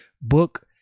book